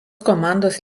komandos